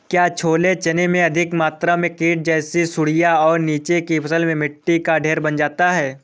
क्या छोले चने में अधिक मात्रा में कीट जैसी सुड़ियां और नीचे की फसल में मिट्टी का ढेर बन जाता है?